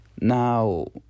Now